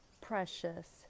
precious